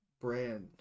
brand